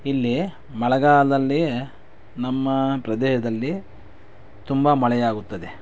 ಇಲ್ಲಿ ಮಳೆಗಾಲದಲ್ಲಿ ನಮ್ಮ ಪ್ರದೇಶದಲ್ಲಿ ತುಂಬ ಮಳೆಯಾಗುತ್ತದೆ